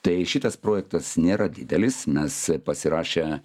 tai šitas projektas nėra didelis mes pasirašę